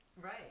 Right